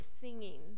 singing